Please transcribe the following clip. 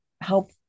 help